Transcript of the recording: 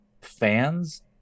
fans